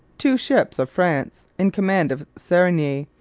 two ships of france, in command of serigny,